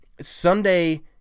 Sunday